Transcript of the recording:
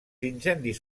incendis